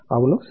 అవును సరే